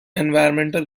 environmental